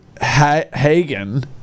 Hagen